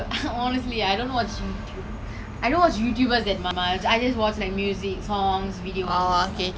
like on Youtube I'll watch these videos right people ice skate figure skating I really don't know how they do it leh